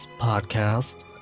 podcast